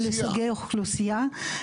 ולסוגי האוכלוסייה.